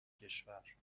کشور